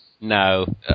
No